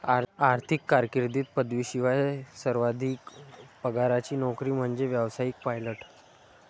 आर्थिक कारकीर्दीत पदवीशिवाय सर्वाधिक पगाराची नोकरी म्हणजे व्यावसायिक पायलट